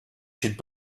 should